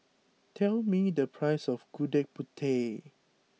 tell me the price of Gudeg Putih